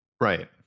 Right